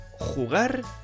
jugar